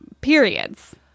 periods